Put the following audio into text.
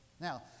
Now